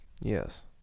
Yes